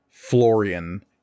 Florian